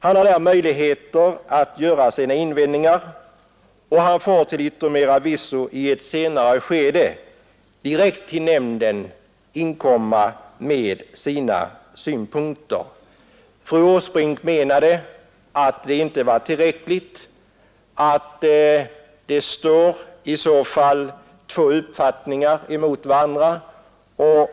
Han har därvid möjligheter att göra sina invändningar och han får till yttermera visso i ett senare skede direkt till nämnden inkomma med sina synpunkter. Fru Åsbrink menade att det inte var tillräckligt, att i så fall två uppfattningar står emot varandra.